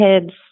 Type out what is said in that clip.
kids